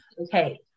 okay